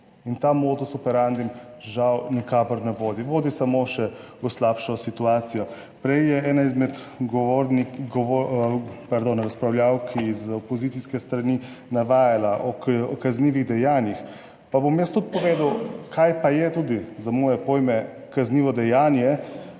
in ta modus operandi, žal, nikakor ne vodi, vodi samo še v slabšo situacijo. Prej je ena izmed govornik, pardon, razpravljavk iz opozicijske strani navajala o kaznivih dejanjih. Pa bom jaz tudi povedal kaj pa je tudi za moje pojme kaznivo dejanje,